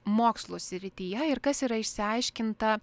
mokslo srityje ir kas yra išsiaiškinta